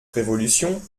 révolution